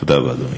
תודה רבה, אדוני.